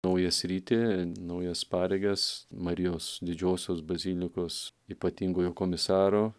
naują sritį naujas pareigas marijos didžiosios bazilikos ypatingojo komisaro